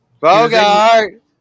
Bogart